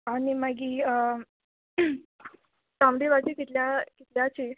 आनी मागी तांबडी भाजी कितल्या कितल्याची